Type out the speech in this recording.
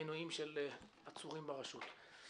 ועינויים של עצורים ברשות.